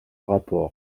rapport